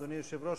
אדוני היושב-ראש,